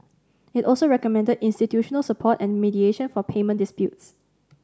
it also recommended institutional support and mediation for payment disputes